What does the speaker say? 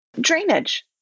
Drainage